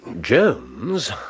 Jones